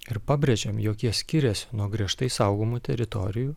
ir pabrėžiam jog jie skiriasi nuo griežtai saugomų teritorijų